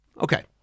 Okay